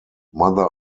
mother